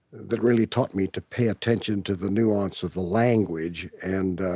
that really taught me to pay attention to the nuance of the language. and